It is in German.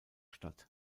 statt